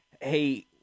hey